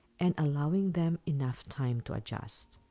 and allowing them enough time to adjust.